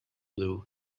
blue